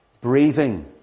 breathing